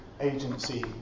agency